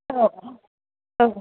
औ औ